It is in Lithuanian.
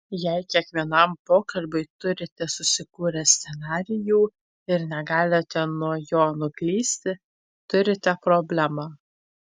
jei kiekvienam pokalbiui turite susikūrę scenarijų ir negalite nuo jo nuklysti turite problemą